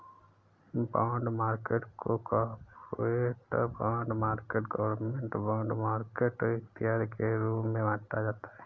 bond market को corporate bond market government bond market इत्यादि के रूप में बांटा जाता है